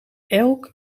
elk